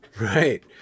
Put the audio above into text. Right